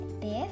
Biff